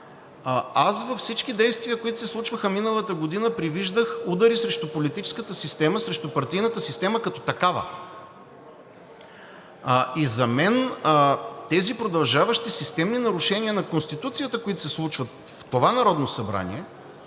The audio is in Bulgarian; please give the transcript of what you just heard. Във всички действия, които се случваха миналата година, предвиждах удари срещу политическата система, срещу партийната система като такава и за мен тези продължаващи системни нарушения на Конституцията, които се случват в това Народно събрание,